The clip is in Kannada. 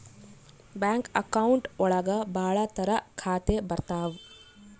ಬ್ಯಾಂಕ್ ಅಕೌಂಟ್ ಒಳಗ ಭಾಳ ತರ ಖಾತೆ ಬರ್ತಾವ್